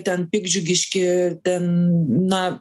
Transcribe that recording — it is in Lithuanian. ten piktdžiugiški ten na